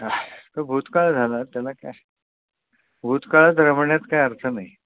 चालेल तो भूतकाळ झाला त्याला काय भूतकाळात रमण्यात काही अर्थ नाही